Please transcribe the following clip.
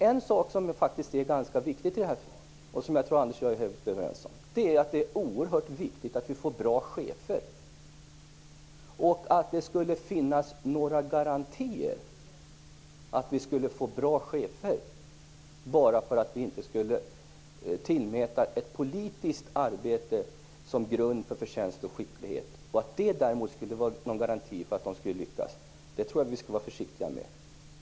En sak här, som faktiskt är ganska viktig och som jag tror att Anders Björck och jag är överens om, är att det är oerhört viktigt att vi får bra chefer. Att det skulle finnas garantier för att vi får bra chefer bara för att vi inte tillmäter politiskt arbete betydelse som grund för förtjänst och skicklighet, dvs. att det skulle vara en garanti för att lyckas, tror jag att vi skall vara försiktiga med att uttala oss om.